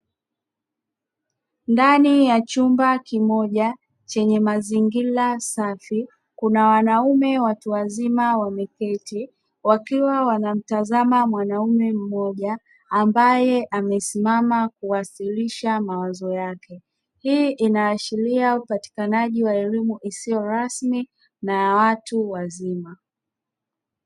Ndani ya chumba kimoja chenye mazingira safi, kuna wanaume watu wazima wameketi, wakiwa wanamtazama mwanaume mmoja ambae amesimama kuwasilisha mawazo yake, hiii inaashiria upatikanaji wa elimu isiyo rasmi na ya watu wazima.